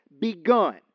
begun